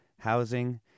housing